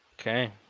Okay